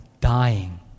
Dying